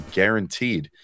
guaranteed